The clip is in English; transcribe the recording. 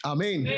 Amen